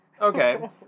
Okay